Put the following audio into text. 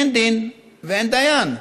אין דין ואין דיין,